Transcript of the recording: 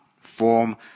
Form